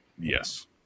Yes